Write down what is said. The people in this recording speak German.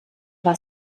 war